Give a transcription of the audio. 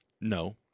No